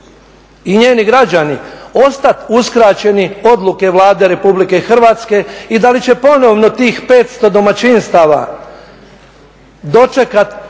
i njeni građani ostati uskraćeni odluke Vlade RH i da li će ponovno tih 500 domaćinstava dočekati